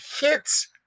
hits